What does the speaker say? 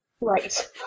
Right